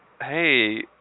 Hey